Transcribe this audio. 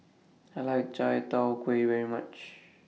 I like Chai Tow Kuay very much